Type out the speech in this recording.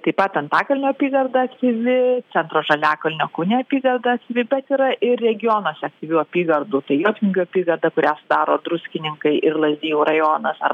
taip pat antakalnio apygarda aktyvi centro žaliakalnio kaune apygarda aktyvi bet yra ir regionuose aktyvių apygardų tai jotvingių apygarda kurią sudaro druskininkai ir lazdijų rajonas ar